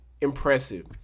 impressive